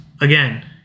again